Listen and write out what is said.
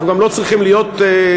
אנחנו גם לא צריכים להיות בבית.